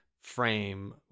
frame